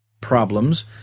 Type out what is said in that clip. problems